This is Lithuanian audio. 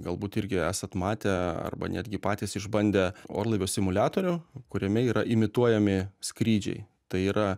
galbūt irgi esat matę arba netgi patys išbandę orlaivio simuliatorių kuriame yra imituojami skrydžiai tai yra